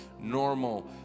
normal